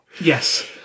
Yes